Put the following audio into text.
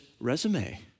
resume